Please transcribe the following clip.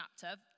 chapter